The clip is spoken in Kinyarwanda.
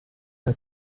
nta